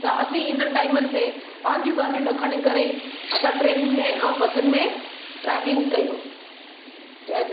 त असीं इन्हनि टाइमनि ते पंहिंजियूं गाॾियूं न खणी करे असां ट्रेनियुनि में ऐं बसुनि में ट्रॅवलींग कयूं जय झूले